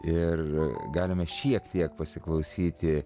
ir galime šiek tiek pasiklausyti